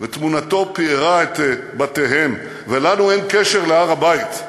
ותמונתו פיארה את בתיהם, ולנו אין קשר להר-הבית?